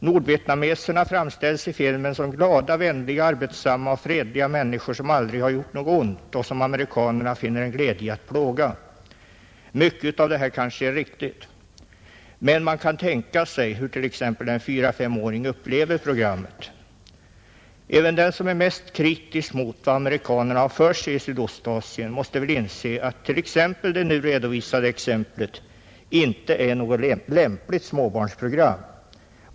Nordvietnameserna framställs i filmen som glada, vänliga, arbetsamma och fredliga människor som aldrig gjort något ont och som amerikanerna finner en glädje i att plåga. Mycket av allt detta är kanske riktigt, men man kan tänka sig hur t.ex. en fyraeller femåring upplever programmet. Även den som är mest kritisk mot vad amerikanerna har för sig i Sydostasien måste väl inse att det nu redovisade exemplet inte är något lämpligt småbarnsprogram.